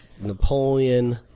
Napoleon